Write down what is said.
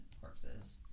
corpses